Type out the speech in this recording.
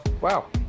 wow